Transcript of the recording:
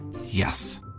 Yes